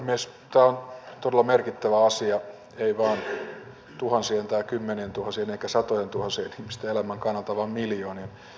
tämä on todella merkittävä asia ei vain tuhansien tai kymmenientuhansien eikä satojentuhansien ihmisten elämän kannalta vaan miljoonien